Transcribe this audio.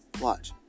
Watch